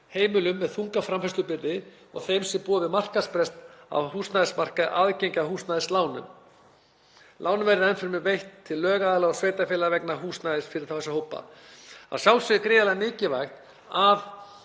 heimilum með þunga framfærslubyrði og þeim sem búa við markaðsbrest á húsnæðismarkaði aðgengi að húsnæðislánum. Lánin verði enn fremur veitt til lögaðila og sveitarfélaga vegna húsnæðis fyrir þessa hópa. Að sjálfsögðu er gríðarlega mikilvægt að